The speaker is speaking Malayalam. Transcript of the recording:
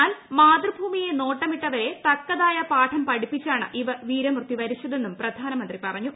എന്നാൽ മാതൃഭൂമിയെ നോട്ടം ഇട്ടവരെ തക്കതായ പാഠം പഠിപ്പിച്ചാണ് അവർ വീരമൃത്യു വരിച്ചതെന്നും പ്രധാനമന്ത്രി പറഞ്ഞു